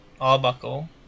Arbuckle